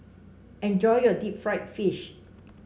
enjoy your Deep Fried Fish